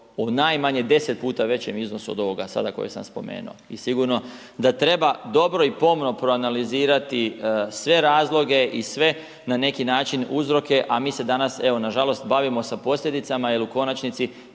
o najmanje 10 puta većem iznosu od ovoga sada koje sam spomenuo. I sigurno da treba dobro i pomno proanalizirati sve razloge i sve na neki način uzroke a mi se danas evo nažalost bavimo sa posljedicama jer u konačnici